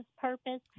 purpose